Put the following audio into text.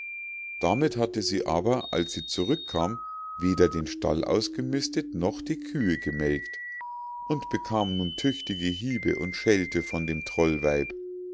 damit hatte sie aber als sie zurückkam weder den stall ausgemistet noch die kühe gemelkt und bekam nun tüchtige hiebe und schelte von dem